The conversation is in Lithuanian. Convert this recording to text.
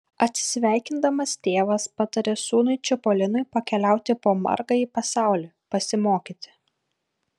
atsisveikindamas tėvas pataria sūnui čipolinui pakeliauti po margąjį pasaulį pasimokyti